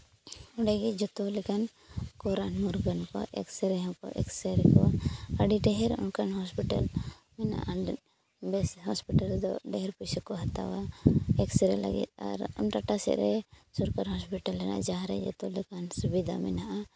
ᱚᱸᱰᱮᱜᱮ ᱡᱚᱛᱚ ᱞᱮᱠᱟᱱ ᱠᱚ ᱨᱟᱹᱱ ᱢᱩᱨᱜᱟᱹᱱ ᱠᱚᱣᱟ ᱮᱠᱥᱮᱨᱮ ᱦᱚᱸ ᱠᱚ ᱮᱠᱥᱮᱨᱮ ᱠᱚᱣᱟ ᱟᱹᱰᱤ ᱰᱷᱮᱨ ᱚᱱᱠᱟᱱ ᱦᱚᱥᱯᱤᱴᱟᱞ ᱢᱮᱱᱟᱜᱼᱟ ᱚᱸᱰᱮ ᱵᱮᱥ ᱦᱚᱥᱯᱤᱴᱟᱞ ᱫᱚ ᱰᱷᱮᱨ ᱠᱚ ᱦᱟᱛᱟᱣᱟ ᱮᱠᱥᱮᱨᱮ ᱞᱟᱹᱜᱤᱫ ᱟᱨ ᱚᱱᱟ ᱴᱟᱴᱟ ᱥᱮᱫ ᱨᱮ ᱥᱚᱨᱠᱟᱹᱨᱤ ᱦᱚᱥᱯᱤᱴᱟᱞ ᱦᱮᱱᱟᱜᱼᱟ ᱡᱟᱦᱟᱸᱨᱮ ᱡᱚᱛᱚ ᱞᱮᱠᱟᱱ ᱥᱩᱵᱤᱫᱟ ᱢᱮᱱᱟᱜᱼᱟ